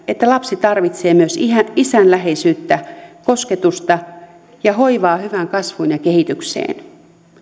että lapsi tarvitsee myös isän läheisyyttä kosketusta ja hoivaa hyvään kasvuun ja kehitykseen